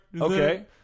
Okay